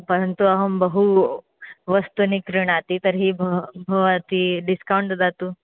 परन्तु अहं बहूनि वस्तूनि क्रीणामि तर्हि भ भवती डिस्कौण्ट् ददातु